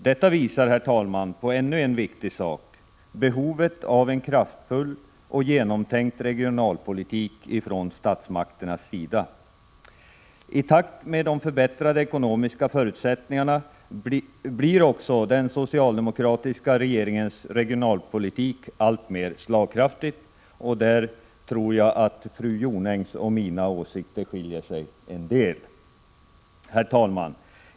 Detta visar, herr talman, på ännu en viktig sak: behovet av en kraftfull, genomtänkt regionalpolitik från statsmakternas sida. I takt med de förbättrade ekonomiska förutsättningarna blir också den socialdemokratiska regeringens regionalpolitik alltmer slagkraftig, och där tror jag fru Jonängs och mina åsikter skiljer sig en del. Herr talman!